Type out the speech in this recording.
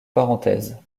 parenthèses